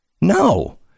No